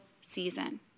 season